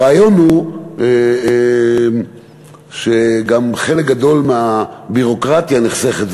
הרעיון הוא שגם חלק גדול מהביורוקרטיה נחסכת.